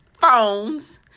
phones